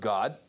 God